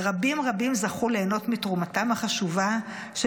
ורבים רבים זכו ליהנות מתרומתם החשובה של